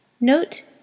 Note